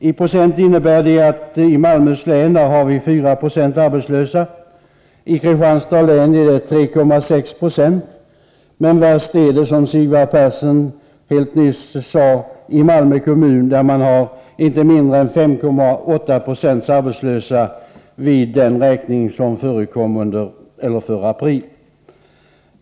I procent betyder det i Malmöhus län 4 96, i Kristianstads län 3,6 96, men värst, som Sigvard Persson nyss sade, är det i Malmö kommun, där man hade inte mindre än 5,8 90 arbetslösa vid den räkning som förekom för april.